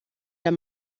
der